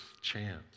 chance